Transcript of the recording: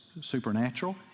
supernatural